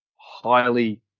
highly